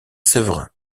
séverin